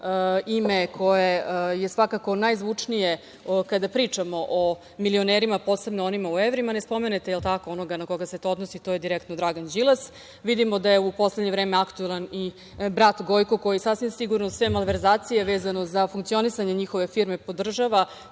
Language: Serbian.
ime koje je svakako najzvučnije kada pričamo o milionerima, posebno onima u evrima, ne spomenete onoga na koga se to odnosi, to je direktno Dragan Đilas. Vidimo da je u poslednje vreme aktuelan i brat Gojko koji sasvim sigurno sve malverzacije vezano za funkcionisanje njihove firme podržava,